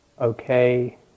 okay